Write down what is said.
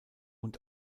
und